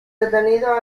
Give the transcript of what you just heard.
detenido